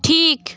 ঠিক